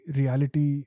reality